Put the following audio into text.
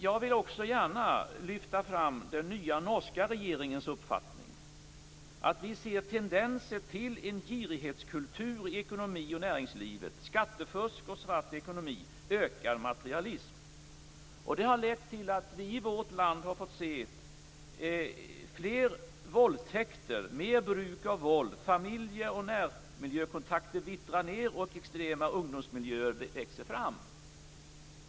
Jag vill också gärna lyfta fram den nya norska regeringens uppfattning: Vi ser tendenser till en girighetskultur i ekonomi och näringslivet, skattefusk och svart ekonomi, ökad materialism. Det har lett till att vi i vårt land har fått se fler våldtäkter, mer bruk av våld, familjer och närmiljökontakter vittrar ned och extrema ungdomsmiljöer växer fram.